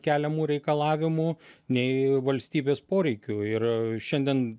keliamų reikalavimų nei valstybės poreikių ir šiandien